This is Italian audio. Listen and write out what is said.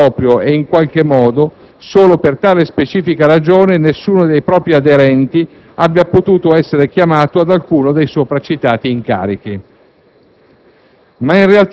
obietta come, proprio e in qualche modo solo per tale specifica ragione, nessuno dei propri aderenti abbia potuto essere chiamato ad alcuno dei sopra citati incarichi.